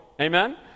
Amen